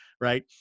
Right